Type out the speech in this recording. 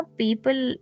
people